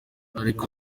ariko